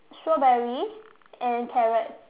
strawberry and carrot